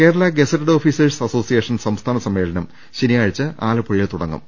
Kerala gazetted officers association സംസ്ഥാന സമ്മേളനം ശനിയാഴ്ച്ച ആലപ്പുഴയിൽ തുടങ്ങും